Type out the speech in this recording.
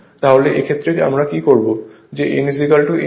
তাহলে এ ক্ষেত্রে আমরা কী করব